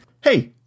Hey